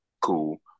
Cool